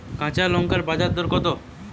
কাঁচা লঙ্কার বাজার দর কত?